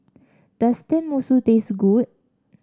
does Tenmusu taste good